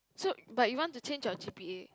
so but you want to change your g_p_a